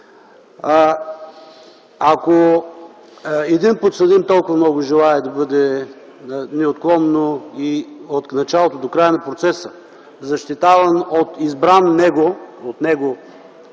Ако един подсъдим толкова много желае да бъде неотклонно от началото до края на процеса, защитаван от избран от него